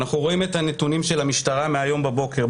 אנחנו רואים את הנתונים של המשטרה מהיום בבוקר.